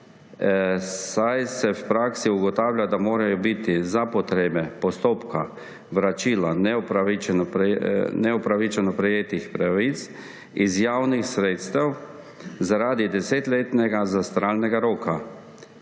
saj se v praksi ugotavlja, da morajo biti za potrebe postopka vračila neupravičeno prejetih pravic iz javnih sredstev zaradi desetletnega zastaralnega roka